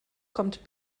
kommt